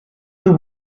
the